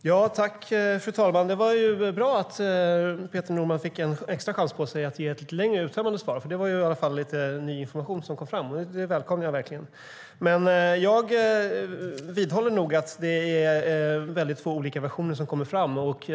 Fru talman! Det var bra att Peter Norman fick en extra chans att ge ett lite längre och mer uttömmande svar, för det var i alla fall lite ny information som kom fram, och det välkomnar jag verkligen. Men jag vidhåller nog att det är två olika versioner som kommer fram.